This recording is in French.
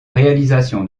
réalisation